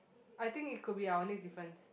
I think it could be our next difference